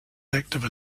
active